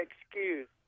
excuse